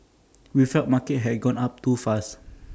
we felt markets had gone up too fast